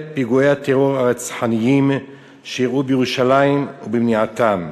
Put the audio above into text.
פיגועי הטרור הרצחניים שאירעו בירושלים ובמניעתם.